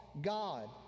God